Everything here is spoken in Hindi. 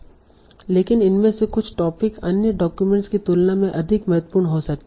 लेकिन इनमें से कुछ टोपिक अन्य डाक्यूमेंट्स की तुलना में अधिक महत्वपूर्ण हो सकते हैं